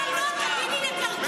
אתה לא תגיד לי "לקרקר".